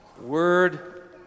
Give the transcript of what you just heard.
Word